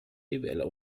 rivela